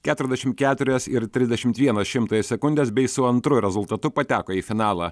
keturiasdešim keturias ir trisdešim vieną šimtąją sekundės bei su antru rezultatu pateko į finalą